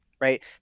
right